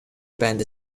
bend